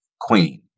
queen